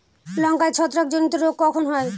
লঙ্কায় ছত্রাক জনিত রোগ কখন হয়?